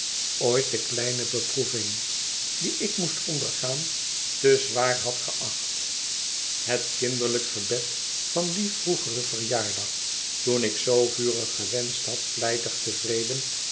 ooit de kleine beproeving die ik moest ondergaan te zwaar had geacht het kinderlijk gebed van dien vroegeren verjaardag toen ik zoo vurig gewenscht had vlijtig tevreden